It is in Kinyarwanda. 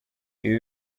ibi